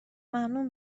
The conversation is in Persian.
ممنون